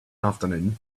afternoon